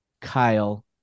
Kyle